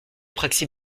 praxi